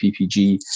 PPG